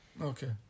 Okay